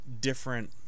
different